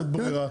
כן.